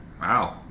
Wow